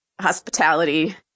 hospitality